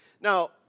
Now